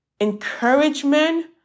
encouragement